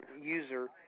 user